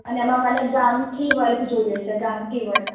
અને એમાં મને ગામઠી વર્ક જોઈએ છે ગામઠી વર્ક